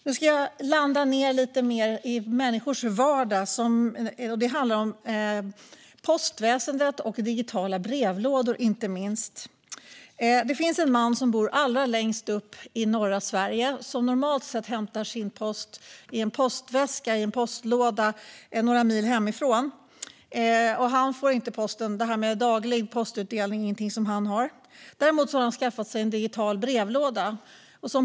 Nu ska jag landa lite mer i människors vardag; det handlar inte minst om postväsendet och digitala brevlådor. Allra längst upp i norra Sverige bor en man som normalt sett hämtar sin post i en postväska i en postlåda några mil hemifrån. Han har inte daglig postutdelning. Däremot har han skaffat sig en digital brevlåda.